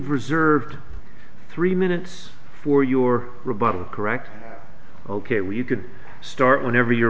reserved three minutes for your rebuttal correct ok when you can start whenever you're